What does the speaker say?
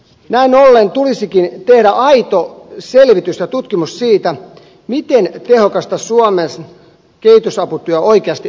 näin ollen tulisikin tehdä aito selvitys ja tutkimus siitä miten tehokasta suomen kehitysaputyö oikeasti on